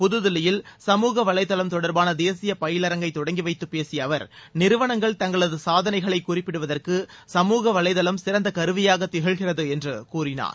புதுதில்லியில் சமூகவலைதளம் தொடர்பான தேசிய பயிலரங்கை தொடங்கி வைத்து பேசிய அவர் நிறுவனங்கள் தங்களது சாதனைகளை குறிப்பிடுவதற்கு சமூக வலைதளம் சிறந்த கருவியாக திகழ்கிறது என்று கூறினார்